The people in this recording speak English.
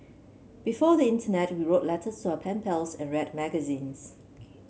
before the internet we wrote letters to our pen pals and read magazines